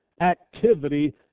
activity